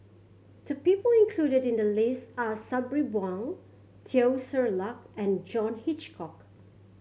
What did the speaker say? the people included in the list are Sabri Buang Teo Ser Luck and John Hitchcock